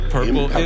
Purple